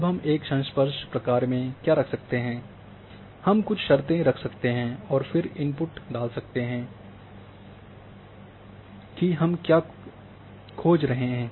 अब हम एक संस्पर्श प्रक्रिया में क्या रख सकते हैं हम कुछ शर्तें रख सकते हैं और फिर इनपुट डाल सकते हैं कि हम क्या देख खोज रहे हैं